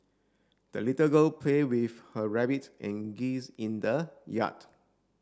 the little girl play with her rabbit and geese in the yard